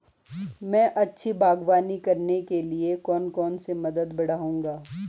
मैं अच्छी बागवानी करने के लिए कौन कौन से कदम बढ़ाऊंगा?